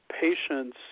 patients